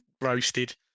roasted